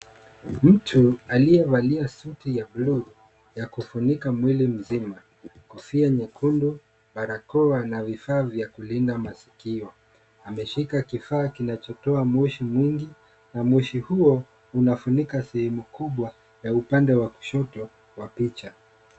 Mtu aliyevalia suti ya bulu ya kufunika mwili mzima, kofia nyekundu, barakoa na vifaa vya kulinda masikio, ameshika kifaa kinachotoa moshi mwingi na moshi huo unafunika sehemu kubwa ya upande wa kushoto wa picha.